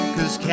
Cause